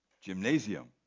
gymnasium